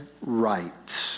right